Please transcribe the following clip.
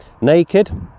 naked